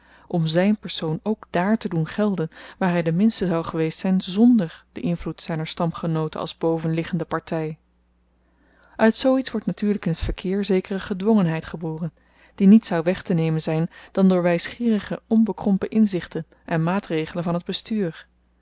om zyn persoon ook dààr te doen gelden waar hy de minste zou geweest zyn zonder den invloed zyner stamgenooten als bovenliggende party uit zoo iets wordt natuurlyk in t verkeer zekere gedwongenheid geboren die niet zou weg te nemen zyn dan door wysgeerige onbekrompen inzichten en maatregelen van het bestuur